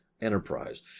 Enterprise